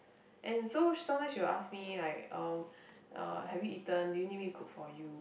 and so sometimes she will ask me like um uh have you eaten do you need me cook for you